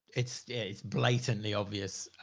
it's, it's blatantly obvious.